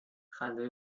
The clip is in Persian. خنده